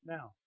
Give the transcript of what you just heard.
Now